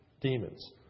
demons